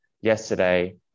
yesterday